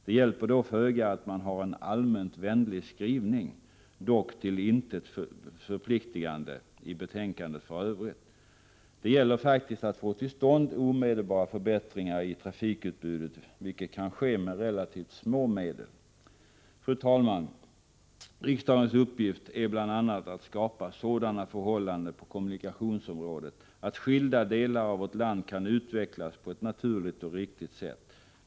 Det hjälper då föga att man har en allmänt vänlig skrivning — dock till intet förpliktigande — i betänkandet för övrigt. Det gäller faktiskt att få till stånd omedelbara förbättringar i trafikutbudet, vilket kan ske med relativt små medel. Fru talman! Riksdagens uppgift är att bl.a. skapa sådana förhållanden på kommunikationsområdet att skilda delar av vårt land kan utvecklas på ett naturligt och riktigt sätt.